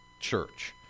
church